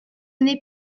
n’ai